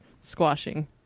squashing